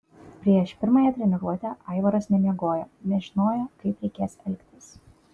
prieš pirmąją treniruotę aivaras nemiegojo nežinojo kaip reikės elgtis